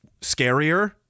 scarier